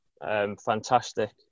fantastic